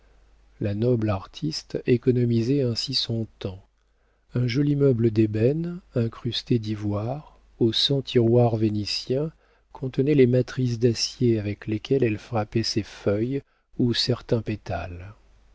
la noble artiste économisait ainsi son temps un joli meuble d'ébène incrusté d'ivoire aux cent tiroirs vénitiens contenait les matrices d'acier avec lesquelles elle frappait ses feuilles ou certains pétales